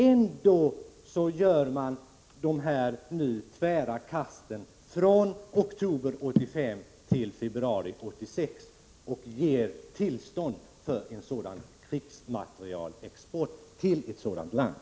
Ändå gör man nu ett tvärt kast från oktober 1985 till februari 1986 och ger tillstånd för krigsmaterielexport till ett sådant land.